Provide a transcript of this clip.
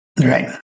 Right